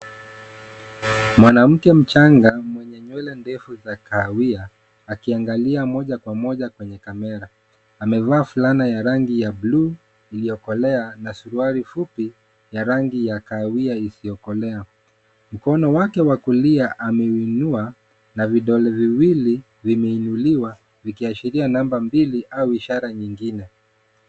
Mwanamke mchanga mwenye nywele ndefu za kahawia akiangalia moja kwa moja kwenye kamera. Amevaa fulana ya rangi ya bluu iliyokolea na suruali fupi ya rangi ya kahawia isiyokolea. Mkono wake wa kulia ameuinua na vidole viwili vimeinuliwa vikiashiria namba mbili au ishara nyingine.